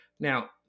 Now